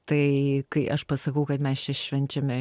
tai kai aš pasakau kad mes čia švenčiame